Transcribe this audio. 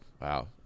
Wow